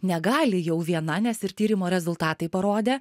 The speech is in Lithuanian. negali jau viena nes ir tyrimo rezultatai parodė